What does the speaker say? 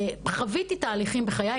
חוויתי תהליכים בחיי,